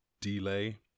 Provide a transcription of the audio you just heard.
delay